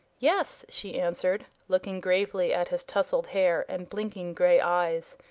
yes, she answered, looking gravely at his tousled hair and blinking gray eyes.